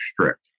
strict